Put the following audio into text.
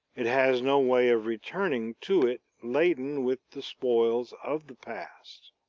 it has no way of returning to it laden with the spoils of the past.